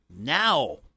now